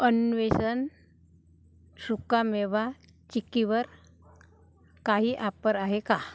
अन्वेषण सुकामेवा चिक्कीवर काही आपर आहे का